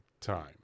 time